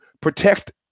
protect